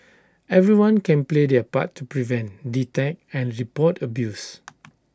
everyone can play their part to prevent detect and report abuse